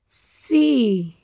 ਸੀ